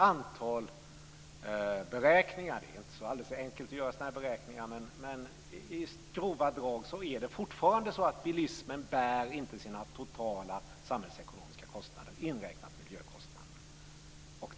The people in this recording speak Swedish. Det är inte alldeles enkelt att göra sådana beräkningar. I grova drag är det fortfarande så att bilismen inte bär sina totala samhällsekonomiska kostnader, inräknat miljökostnaderna.